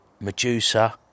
Medusa